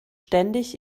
ständig